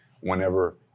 whenever